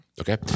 Okay